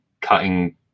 cutting